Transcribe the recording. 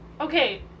Okay